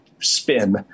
spin